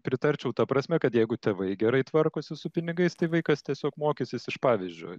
pritarčiau ta prasme kad jeigu tėvai gerai tvarkosi su pinigais tai vaikas tiesiog mokysis iš pavyzdžio